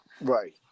right